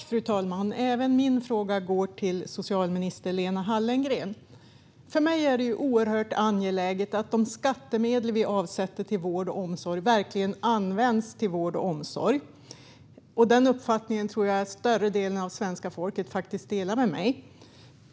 Fru talman! Även min fråga går till socialminister Lena Hallengren. För mig är det oerhört angeläget att de skattemedel vi avsätter till vård och omsorg verkligen används till det. Den uppfattningen tror jag att större delen av svenska folket delar med mig.